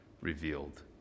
revealed